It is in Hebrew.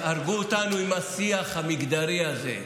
הרגו אותנו עם השיח המגדרי הזה,